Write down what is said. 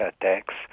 attacks